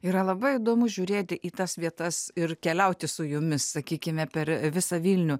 yra labai įdomu žiūrėti į tas vietas ir keliauti su jumis sakykime per visą vilnių